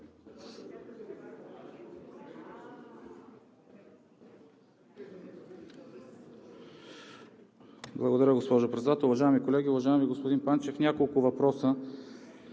Благодаря, госпожо Председател. Уважаеми колеги! Уважаеми господин Панчев, няколко въпроса